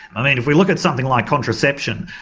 i mean if we look at something like contraception,